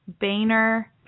Boehner